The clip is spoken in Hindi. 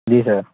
जी सर